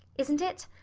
isn't it?